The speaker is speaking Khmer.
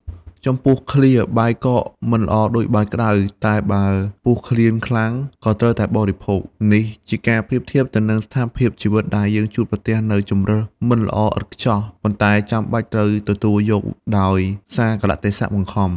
ចំពោះឃ្លា "បាយកកមិនល្អដូចបាយក្ដៅ តែបើពោះឃ្លានខ្លាំងក៏ត្រូវតែបរិភោគ" នេះជាការប្រៀបធៀបទៅនឹងស្ថានភាពជីវិតដែលយើងជួបប្រទះនូវជម្រើសមិនល្អឥតខ្ចោះ ប៉ុន្តែចាំបាច់ត្រូវទទួលយកដោយសារកាលៈទេសៈបង្ខំ។